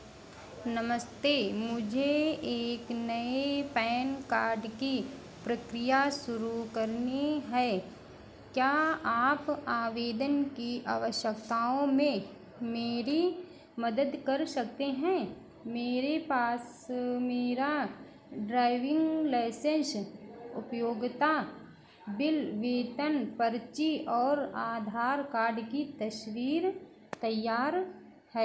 नमस्ते मुझे एक नए पैन कार्ड की प्रक्रिया शुरू करनी है क्या आप आवेदन की आवश्यकताओं में मेरी मदद कर सकते हैं मेरे पास मेरा ड्राइविंग लाइसेंस है उपयोगिता बिल वेतन पर्ची और आधार कार्ड की तस्वीर तैयार है